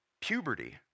Puberty